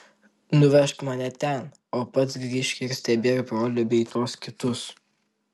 nuvežk mane ten o pats grįžk ir stebėk brolį bei tuos kitus